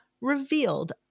revealed